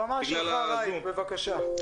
הבמה שלך, ראיק, בבקשה.